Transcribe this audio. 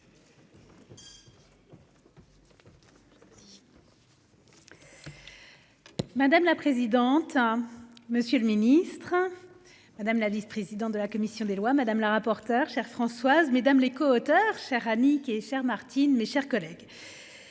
Madame la présidente. Monsieur le ministre, hein. Madame la vice-, président de la commission des lois. Madame la rapporteure chers Françoise mesdames les coauteurs cher Annick et chère Martine mes chers collègues.